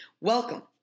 Welcome